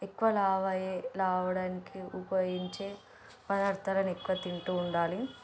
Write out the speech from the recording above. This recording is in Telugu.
ఎక్కువ లావు అయ్యి లావు అవ్వడానికి ఉపయోగించే పదార్థాలను ఎక్కువ తింటూ ఉండాలి